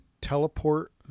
teleport